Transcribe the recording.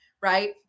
right